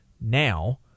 now